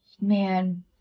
Man